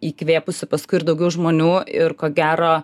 įkvėpusiu paskui ir daugiau žmonių ir ko gero